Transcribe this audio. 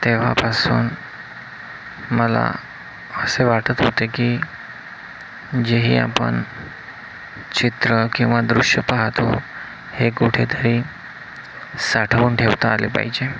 तेव्हापासून मला असे वाटत होते की जेही आपण चित्र किंवा दृश्य पाहतो हे कुठेतरी साठवून ठेवता आले पाहिजे